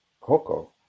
Coco